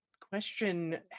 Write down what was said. question